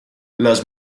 las